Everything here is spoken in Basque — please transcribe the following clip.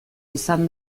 izan